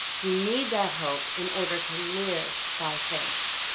you need that hope in order to live by faith.